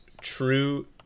true